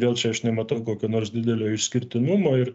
vėl čia aš nematau kokio nors didelio išskirtinumo ir